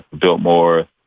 Biltmore